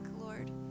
lord